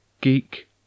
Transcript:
Geek